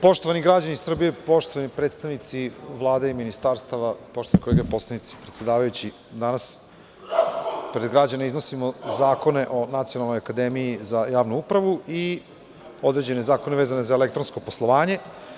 Poštovani građani Srbije, poštovani predstavnici Vlade i ministarstava, poštovane kolege poslanici, predsedavajući, danas pred građane iznosimo zakone o Nacionalnoj akademiji za javnu upravu i određene zakone vezane za elektronsko poslovanje.